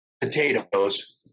potatoes